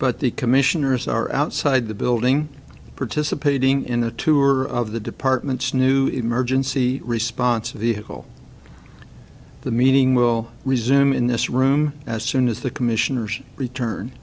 but the commissioners are outside the building participating in a tour of the department's new emergency response a vehicle the meeting will resume in this room as soon as the commissioners return